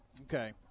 Okay